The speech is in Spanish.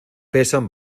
pesan